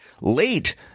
late